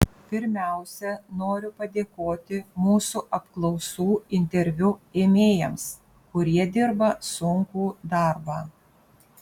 pirmiausia noriu padėkoti mūsų apklausų interviu ėmėjams kurie dirba sunkų darbą